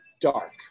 dark